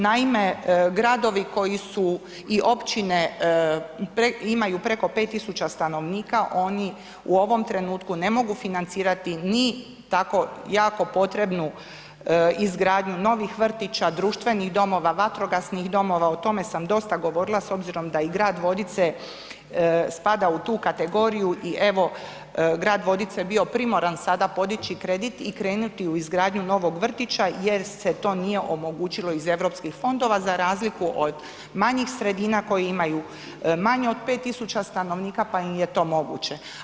Naime, gradovi koji su i općine imaju preko 5.000 stanovnika oni u ovom trenutku ne mogu financirati ni tako jako potrebnu izgradnju novih vrtića, društvenih domova, vatrogasnih domova, o tome sam dosta govorila s obzirom da i grad Vodice spada u tu kategoriju i evo grad Vodice je bio primoran sada podići kredit i krenuti u izgradnju novog vrtića jer se to nije omogućilo iz Europskih fondova, za razliku od manjih sredina koji imaju manje od 5.000 stanovnika pa im je to moguće.